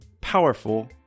powerful